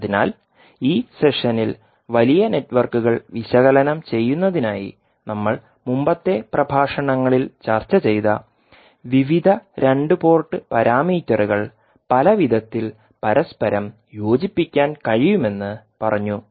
അതിനാൽ ഈ സെഷനിൽ വലിയ നെറ്റ്വർക്കുകൾ വിശകലനം ചെയ്യുന്നതിനായി നമ്മൾ മുമ്പത്തെ പ്രഭാഷണങ്ങളിൽ ചർച്ച ചെയ്ത വിവിധ രണ്ട് പോർട്ട് പാരാമീറ്ററുകൾ പല വിധത്തിൽ പരസ്പരം യോജിപ്പിക്കാൻ കഴിയുമെന്ന് പറഞ്ഞു